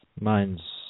Mine's